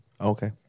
okay